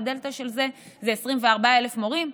והדלתא של זה היא 24,000 מורים.